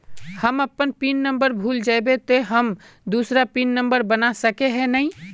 हम अपन pin number भूल जयबे ते हम दूसरा पिन नंबर बना सके है नय?